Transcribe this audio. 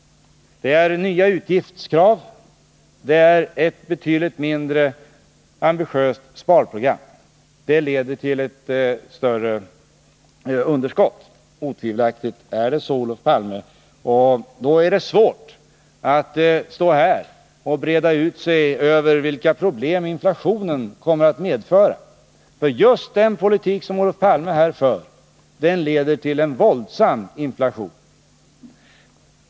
Den innehåller nya utgiftskrav och ett betydligt mindre ambitiöst sparprogram än regeringens. Otvivelaktigt leder detta till ett större underskott, Olof Palme, och då borde man inte stå här och breda ut sig över vilka problem inflationen kommer att medföra. Just den politik som Olof Palme talar för här leder till en våldsam inflation.